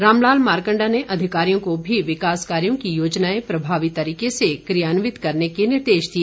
रामलाल मारकण्डा ने अधिकारियों को भी विकास कार्यों की योजनाएं प्रभावी तरीके से क्रियान्वित करने के निर्देश दिए